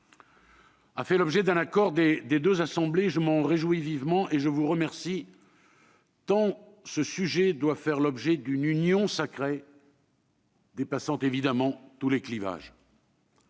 a fait l'objet d'un accord entre les deux assemblées. Je m'en réjouis vivement et vous remercie, tant ce sujet doit faire l'objet d'une union sacrée dépassant évidemment tous les clivages.